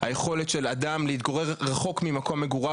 היכולת של אדם להתגורר רחוק ממקום מגוריו